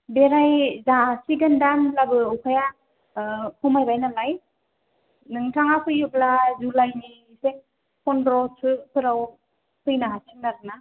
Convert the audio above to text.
बेराय जासिगोनदां होनब्लाबो अखाया खमायबाय नालाय नोंथाङा फैयोब्ला जुलाइनि एसे फनद्र'सोफोराव फैनो हागोन आरो ना